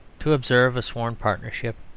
to observe a sworn partnership,